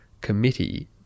committee